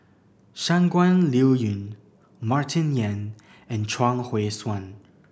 Shangguan Liuyun Martin Yan and Chuang Hui Tsuan